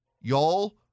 Y'all